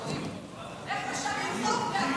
עוד לא ראיתי.